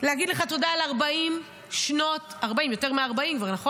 על יותר מ-40 כבר, נכון?